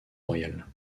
royal